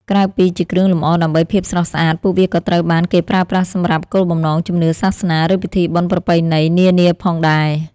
ក្រៅពីជាគ្រឿងលម្អដើម្បីភាពស្រស់ស្អាត ពួកវាក៏ត្រូវបានគេប្រើប្រាស់សម្រាប់ គោលបំណងជំនឿសាសនា ឬពិធីបុណ្យប្រពៃណី នានាផងដែរ។